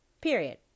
period